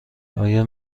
آیا